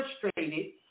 frustrated